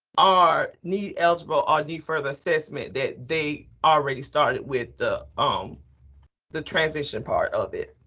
are need-eligible or need further assessment, that they already started with the um the transition part of it.